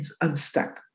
unstuck